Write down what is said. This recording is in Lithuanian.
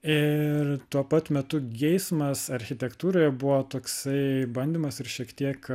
ir tuo pat metu geismas architektūroje buvo toksai bandymas ir šiek tiek